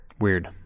weird